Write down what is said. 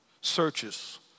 searches